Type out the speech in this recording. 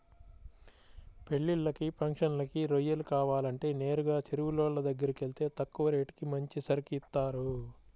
పెళ్ళిళ్ళకి, ఫంక్షన్లకి రొయ్యలు కావాలంటే నేరుగా చెరువులోళ్ళ దగ్గరకెళ్తే తక్కువ రేటుకి మంచి సరుకు ఇత్తారు